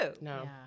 No